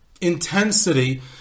intensity